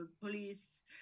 police